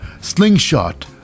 slingshot